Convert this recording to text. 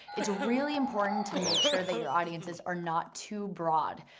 it's really important to make sure that your audiences are not too broad,